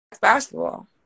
basketball